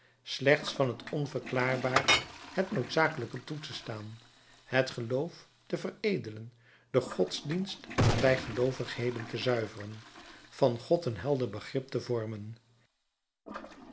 slechts van het onverklaarbare het noodzakelijke toe te staan het geloof te veredelen den godsdienst van bijgeloovigheden te zuiveren van god een helder begrip te vormen